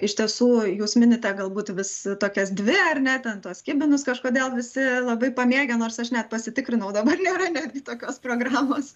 iš tiesų jūs minite galbūt vis tokias dvi ar ne ten tuos kibinus kažkodėl visi labai pamėgę nors aš net pasitikrinau dabar nėra netgi tokios programos